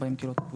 40 קילו תפוזים,